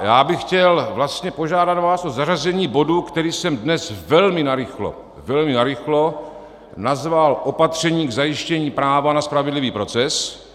A já bych vás chtěl požádat o zařazení bodu, který jsem dnes velmi narychlo, velmi narychlo, nazval opatření k zajištění práva na spravedlivý proces.